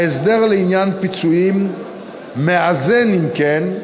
ההסדר לעניין פיצויים מאזן, אם כן,